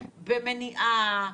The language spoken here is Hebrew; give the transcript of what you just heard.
במניעה,